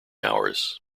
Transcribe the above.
hours